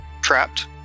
trapped